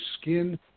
skin